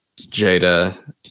Jada